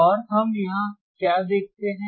और हम यहाँ क्या देखते हैं